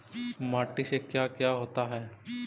माटी से का क्या होता है?